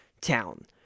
town